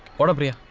whatever you